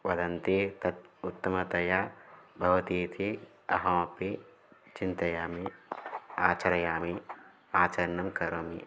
वदन्ति तत् उत्तमतया भवति इति अहमपि चिन्तयामि आचरामि आचरणं करोमि